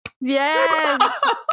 yes